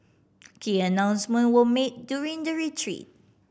key announcement were made during the retreat